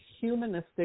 humanistic